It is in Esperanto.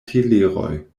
teleroj